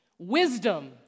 Wisdom